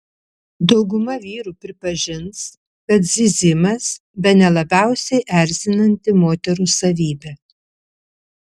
dauguma vyrų pripažins kad zyzimas bene labiausiai erzinanti moterų savybė